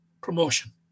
promotion